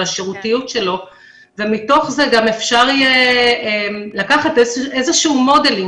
על השירותיות שלו ומתוך זה גם אפשר יהיה לקחת מודלינג,